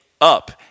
up